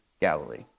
Galilee